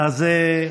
או,